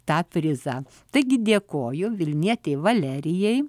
tą prizą taigi dėkoju vilnietei valerijai